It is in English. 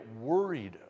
worried